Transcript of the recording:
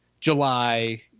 July